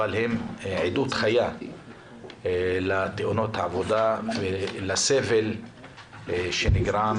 אבל הם עדות חיה לתאונות העבודה ולסבל שנגרם,